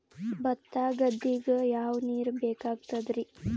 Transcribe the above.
ಭತ್ತ ಗದ್ದಿಗ ಯಾವ ನೀರ್ ಬೇಕಾಗತದರೀ?